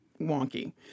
wonky